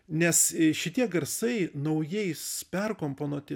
nes šitie garsai naujais perkomponuoti